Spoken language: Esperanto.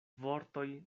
vortoj